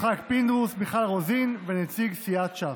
יצחק פינדרוס, מיכל רוזין ונציג סיעת ש"ס.